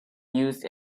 used